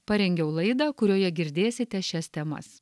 parengiau laidą kurioje girdėsite šias temas